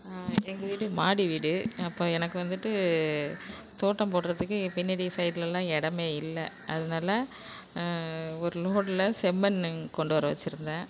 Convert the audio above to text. எங்கள் வீடு மாடி வீடு அப்போ எனக்கு வந்துட்டு தோட்டம் போடுறத்துக்கே பின்னாடி சைடுலெலாம் இடமே இல்லை அதனால ஒரு லோடில் செம்மண் இங்கே கொண்டு வர வச்சுருந்தேன்